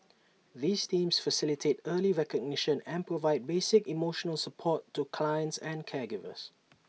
these teams facilitate early recognition and provide basic emotional support to clients and caregivers